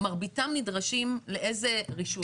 לנו יש גם תמריץ שזה יקרה.